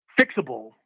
fixable